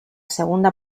segunda